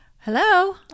hello